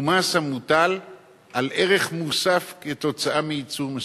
הוא מס המוטל על ערך מוסף כתוצאה מייצור מסוים.